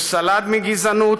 הוא סלד מגזענות